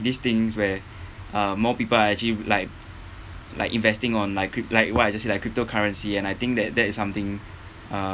these things where uh more people are actually like like investing on like cryp~ like what I just said like cryptocurrency and I think that that is something uh